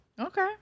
Okay